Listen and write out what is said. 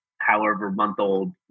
however-month-old